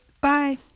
Bye